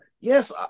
Yes